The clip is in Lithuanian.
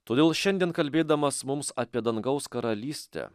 todėl šiandien kalbėdamas mums apie dangaus karalystę